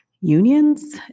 unions